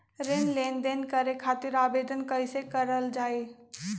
ऋण लेनदेन करे खातीर आवेदन कइसे करल जाई?